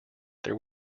there